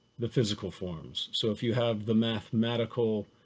the physical forms. so if you have the mathematical,